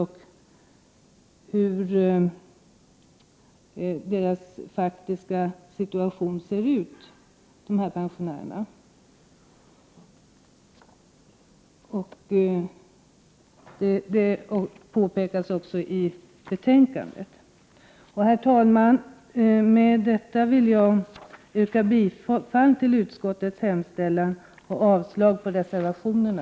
Det handlar således om den faktiska situationen för undantagandepensionärerna. Detta påpekas också i betänkandet. Herr talman! Med detta yrkar jag bifall till utskottets hemställan och avslag på reservationerna.